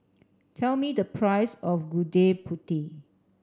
tell me the price of Gudeg Putih